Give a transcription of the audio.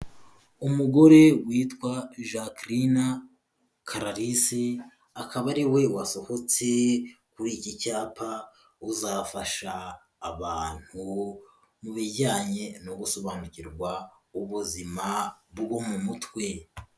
Umugore witwa Jacqueline Clarisse, akaba ari we wasohotse kuri iki cyapa uzafasha abantu, mu bijyanye no gusobanukirwa ubuzima bwo mu mutwe.